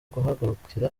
guhagurukira